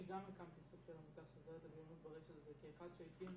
אני גם הקמתי סוג של עמותה שעוזרת לבני --- כאחד שהקים